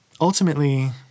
ultimately